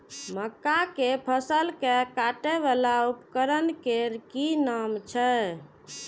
मक्का के फसल कै काटय वाला उपकरण के कि नाम छै?